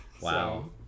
wow